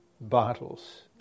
bottles